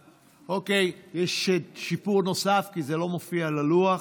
אוקיי, יש שיפור נוסף, כי זה לא מופיע על הלוח.